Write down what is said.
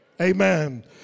Amen